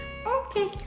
Okay